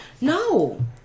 no